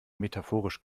metaphorisch